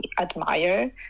admire